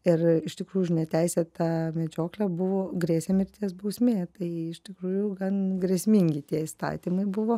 ir iš tikrų už neteisėtą medžioklę buvo grėsė mirties bausmė tai iš tikrųjų gan grėsmingi tie įstatymai buvo